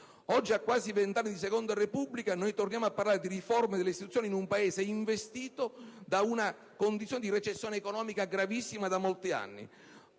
Oggi, a quasi vent'anni di Seconda Repubblica, noi torniamo a parlare di riforme delle istituzioni in un Paese investito da una condizione di recessione economica gravissima da molti anni,